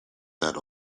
that